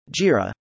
Jira